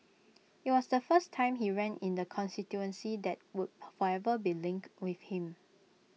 IT was the first time he ran in the constituency that would forever be linked with him